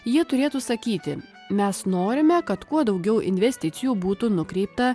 jie turėtų sakyti mes norime kad kuo daugiau investicijų būtų nukreipta